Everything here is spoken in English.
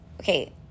okay